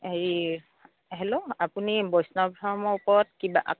হেৰি হেল্ল' আপুনি বৈষ্ণৱ ধৰ্মৰ ওপৰত কিবা